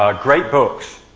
ah great books,